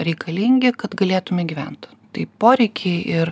reikalingi kad galėtume gyvent tai poreikiai ir